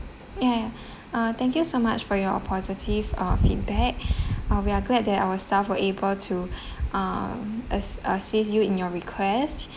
yeah ah thank you so much for your positive uh feedback ah we are glad that our staff were able to ah a~ assist you in your request